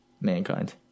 mankind